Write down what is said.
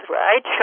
right